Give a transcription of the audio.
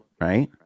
Right